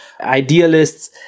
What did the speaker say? idealists